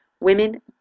women